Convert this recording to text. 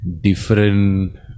different